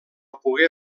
pogué